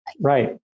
Right